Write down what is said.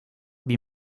wie